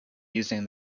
using